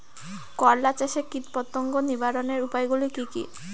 করলা চাষে কীটপতঙ্গ নিবারণের উপায়গুলি কি কী?